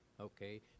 Okay